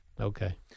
Okay